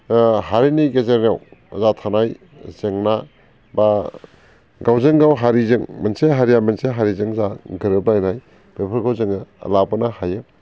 हारिनि गेजेराव जा थानाय जेंना बा गावजोंगाव हारिजों मोनसे हारिया मोनसे हारिजों जा गोरोबलायनाय बेफोरखौ जोङो लाबोनो हायो